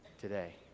today